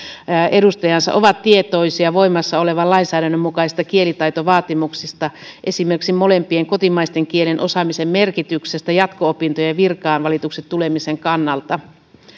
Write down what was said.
edustajansa ovat tietoisia voimassa olevan lainsäädännön mukaisista kielitaitovaatimuksista esimerkiksi molempien kotimaisten kielten osaamisen merkityksestä jatko opintojen ja virkaan valituksi tulemisen kannalta